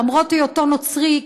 למרות היותו נוצרי,